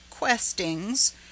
questings